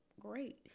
great